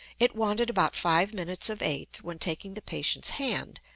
it wanted about five minutes of eight when, taking the patient's hand,